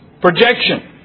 projection